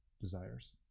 desires